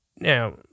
Now